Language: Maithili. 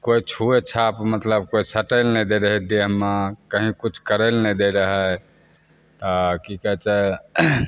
तऽ कोइ छुवे छावे मतलब कोइ सटे लऽ नहि दै रहै देहमे कहीं किछु करै लऽ नहि दै रहै तऽ की कहै छै